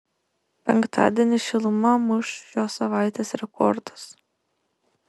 penktadienį šiluma muš šios savaitės rekordus